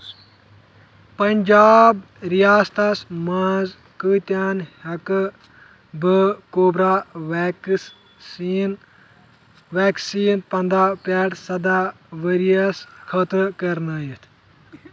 پنٛجاب ریاستس مَنٛز کۭتٮ۪ن ہیٚکہٕ بہٕ کوبرا ویٚکٕس سیٖن ویکسٖن پَنٛداہ پٮ۪ٹھ سَداہ ؤرۍ یس خٲطرٕ کَرنٲیِتھ